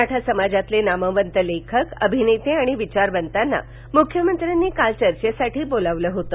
मराठा समाजातील नामवंत लेखक अभिनेते आणि विचारवंतांना मुख्यमंत्र्यांनी काल चर्चेसाठी बोलावलं होतं